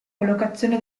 collocazione